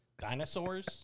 dinosaurs